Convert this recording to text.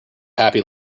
happy